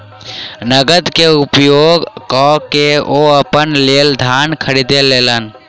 नकद के उपयोग कअ के ओ अपना लेल धान खरीद लेलैन